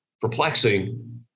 perplexing